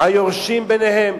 היורשים ביניהם,